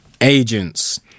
agents